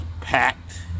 packed